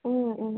अ अ